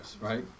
right